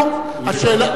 הוא לא